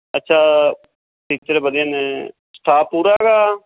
ਅੱਛਾ ਟੀਚਰ ਵਧੀਆ ਨੇ ਸਟਾਫ ਪੂਰਾ ਹੈਗਾ